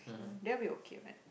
sure that will be okay what